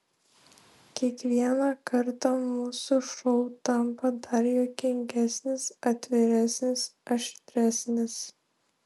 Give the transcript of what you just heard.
kiekvieną kartą mūsų šou tampa dar juokingesnis atviresnis aštresnis